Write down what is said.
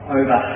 over